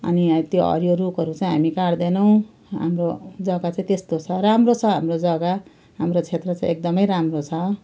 अनि अब त्यो हरियो रुखहरू चाहिँ हामी काट्दैनौँ हाम्रो जग्गा चाहिँ त्यस्तो छ राम्रो छ हाम्रो जग्गा हाम्रो क्षेत्र चाहिँ एकदमै राम्रो छ